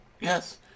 yes